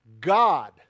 God